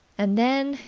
and then,